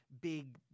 big